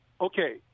okay